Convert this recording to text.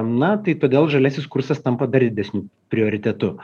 na tai todėl žaliasis kursas tampa dar didesniu prioritetu